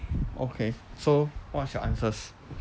okay so what's your answers